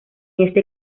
este